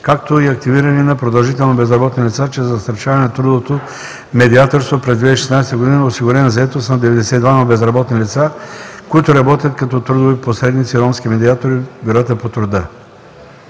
както и активизиране на продължително безработни лица, чрез насърчаване на трудовото медиаторство – през 2016 г. е осигурена заетост на 92 безработни лица, които работят като трудови посредници – ромски медиатори в бюрата по труда.